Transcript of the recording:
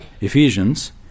Ephesians